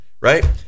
right